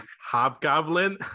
hobgoblin